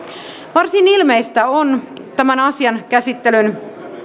varsin ilmeistä on tämän asian käsittelyn